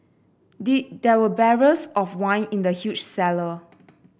there were barrels of wine in the huge cellar